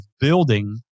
building